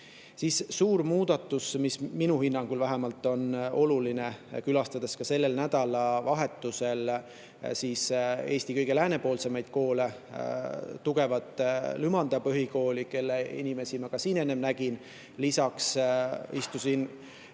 on] suur muudatus, mis vähemalt minu hinnangul on oluline. Külastasin sel nädalavahetusel Eesti kõige läänepoolsemaid koole: tugevat Lümanda põhikooli, kelle inimesi ma ka siin enne nägin, lisaks istusin